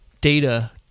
data